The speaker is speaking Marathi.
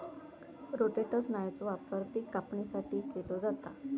रोटेटर स्नायूचो वापर पिक कापणीसाठी केलो जाता